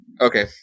Okay